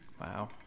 wow